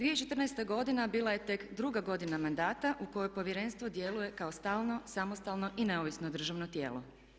2014. godina bila je tek druga godina mandata u kojoj Povjerenstvo djeluje kao stalno, samostalno i neovisno državno tijelo.